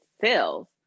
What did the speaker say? sales